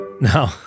No